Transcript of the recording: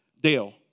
Dale